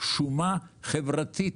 כשומה חברתית